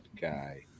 guy